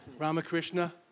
Ramakrishna